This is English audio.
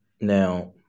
Now